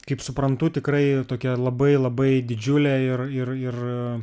kaip suprantu tikrai tokia labai labai didžiulė ir ir ir